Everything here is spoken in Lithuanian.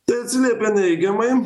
tai atsiliepė neigiamai